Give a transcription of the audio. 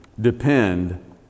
depend